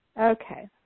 Okay